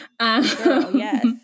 Yes